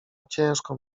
ciężką